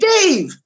Dave